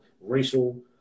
racial